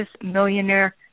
Millionaire